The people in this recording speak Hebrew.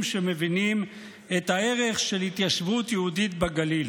שמבינים את הערך של התיישבות יהודית בגליל.